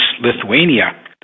Lithuania